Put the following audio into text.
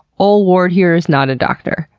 ol' ward here is not a doctor.